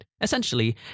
essentially